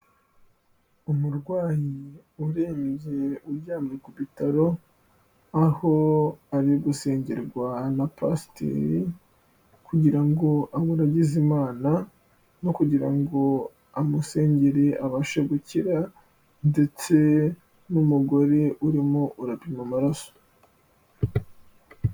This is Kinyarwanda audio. Umurwayi urembye ujyamye ku bitaro aho ari gusengerwa na pasiteri kugira ngo amuraragize Imana no kugira ngo amusengere abashe gukira ndetse n'umugore urimo urapima amaraso.